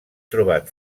trobat